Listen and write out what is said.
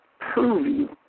prove